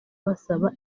basaba